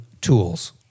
tools